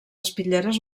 espitlleres